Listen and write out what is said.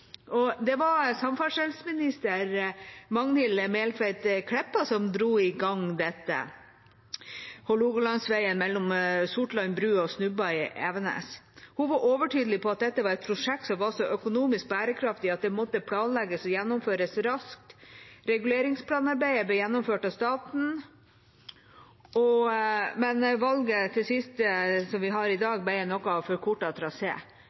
Det var samferdselsminister Magnhild Meltveit Kleppa som dro i gang dette – Hålogalandsveien mellom Sortland bru og Snubba i Evenes. Hun var overtydelig på at dette var et prosjekt som var så økonomisk bærekraftig at det måtte planlegges og gjennomføres raskt. Reguleringsplanarbeidet ble gjennomført av staten, men valget til slutt – det vi har i